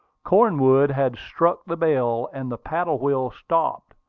cornwood had struck the bell, and the paddle-wheel stopped.